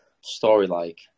story-like